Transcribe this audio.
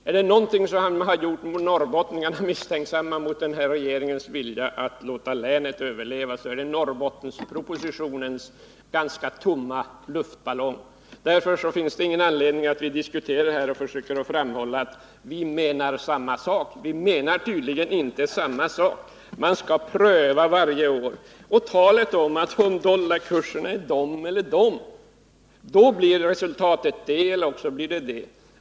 Är det någonting som har gjort norrbottningarna misstänksamma mot den här regeringens vilja att låta länet överleva, så är det Norrbottenspropositionens ganska tomma luftballong. Därför finns det ingen anledning att diskutera här och försöka framhålla att ”vi menar samma sak”. Vi menar tydligen inte samma sak. Man skall pröva varje år, sägs det. Man säger också att om dollarkursen är så eller så, blir resultatet det eller det.